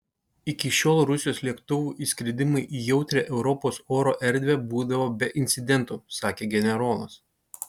iki šiol rusijos lėktuvų įskridimai į jautrią europos oro erdvę būdavo be incidentų sakė generolas